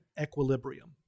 equilibrium